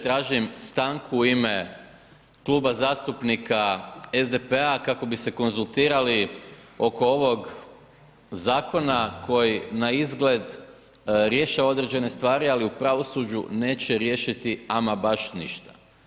Tražim stanku u ime Kluba zastupnika SDP-a kako bi se konzultirali oko ovog zakona koji na izgled rješava određene stvari, ali u pravosuđu neće riješiti ama baš ništa.